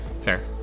fair